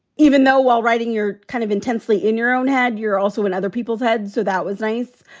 even though while writing your kind of intensely in your own head, you're also in other people's heads. so that was nice.